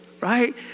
right